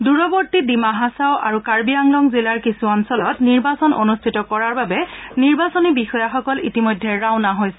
দূৰবৰ্তী ডিমা হাচাও আৰু কাৰ্বি আংলং জিলাৰ কিছু অঞ্চলত নিৰ্বাচন অনুষ্ঠিত কৰাৰ বাবে নিৰ্বাচনী বিষয়াসকল ইতিমধ্যে ৰাওনা হৈছে